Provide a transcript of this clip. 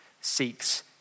seeks